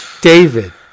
David